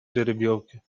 жеребьевки